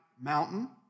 mountain